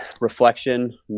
reflection